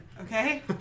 okay